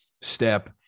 step